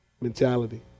Mentality